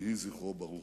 יהי זכרו ברוך.